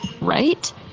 right